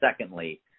secondly